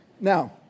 Now